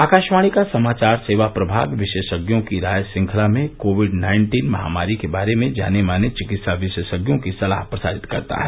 आकाशवाणी का समाचार सेवा प्रभाग विशेषज्ञों की राय श्रंखला में कोविड नाइन्टीन महामारी के बारे में जाने माने चिकित्सा विशेषज्ञों की सलाह प्रसारित करता है